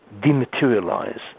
dematerialize